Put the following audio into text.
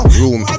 room